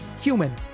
Human